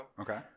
Okay